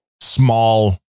small